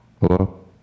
hello